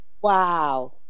Wow